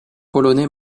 polonais